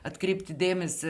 atkreipti dėmesį